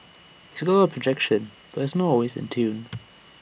he's got A lot of projection but he's not always in tune